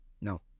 no